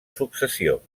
successió